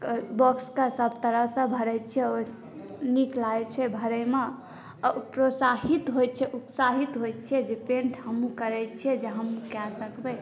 box मे सभ तरहसे भरि छियै ओहिसॅं नीक लागै छै भरयमे आ प्रोत्साहित होइ छै उत्साहित होइ छियै जे पैंट हमहुँ करै छियै जे हम कै सकबै